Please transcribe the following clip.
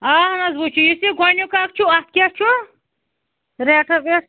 اَہَن حظ وُچھ یُس یہِ گۄڈنیُک اَکھ چھُ اَتھ کیٛاہ چھُ ریٹھاہ ویٹھاہ